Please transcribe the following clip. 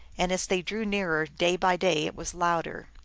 and as they drew nearer, day by day, it was louder.